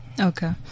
Okay